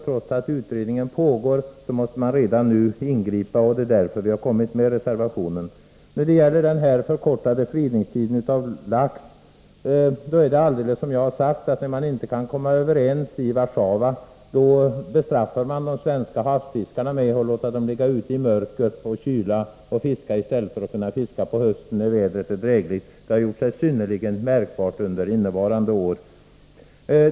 Trots att utredningen pågår måste man redan nu ingripa. Det är därför vi fogat denna reservation till betänkandet. När det gäller den förkortade fredningstiden för lax är det precis som jag sagt, nämligen att när man inte kan komma överens i Warszawa bestraffar man de svenska havsfiskarna med att låta dem ligga ute i mörker och kyla i stället för att kunna fiska på hösten när vädret är drägligt. Detta har gjort sig synnerligen märkbart under innevarande år.